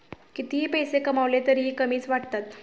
कितीही पैसे कमावले तरीही कमीच वाटतात